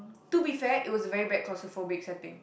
to be fair it was a very bad claustrophobic setting